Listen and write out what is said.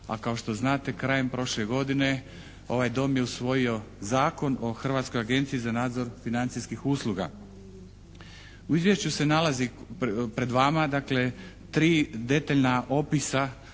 a kao što znate krajem prošle godine ovaj Dom je usvojio Zakon o Hrvatskoj agenciji za nadzor financijskih usluga. U izvješću se nalazi pred vama dakle tri detaljna opisa